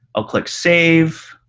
i'll click save.